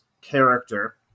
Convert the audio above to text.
character